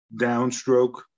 downstroke